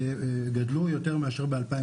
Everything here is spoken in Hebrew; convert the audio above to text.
גדלו יותר מאשר ב-2019.